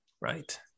Right